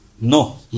no